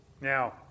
Now